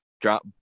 drop